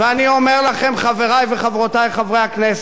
אני אומר לכם, חברי וחברותי חברי הכנסת,